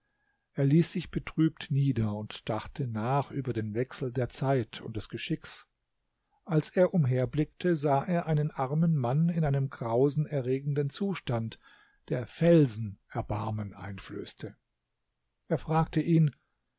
er ließ sich betrübt nieder und dachte nach über den wechsel der zeit und des geschicks als er umherblickte sah er einen armen mann in einem grausen erregenden zustand der felsen erbarmen einflößte er fragte ihn